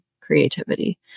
creativity